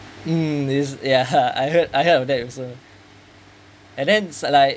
mm this ya I heard I heard of that also and then like